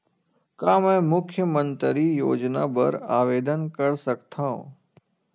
का मैं मुख्यमंतरी योजना बर आवेदन कर सकथव?